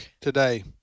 today